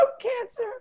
cancer